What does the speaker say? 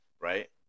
right